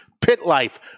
PITLIFE